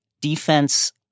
defense